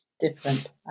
different